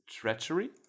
treachery